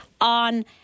on